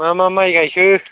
मा मा माइ गायखो